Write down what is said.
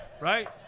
right